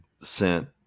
sent